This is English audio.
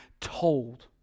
told